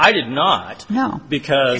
i did not know because